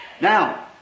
now